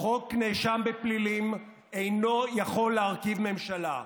חוק נאשם בפלילים אינו יכול להרכיב ממשלה,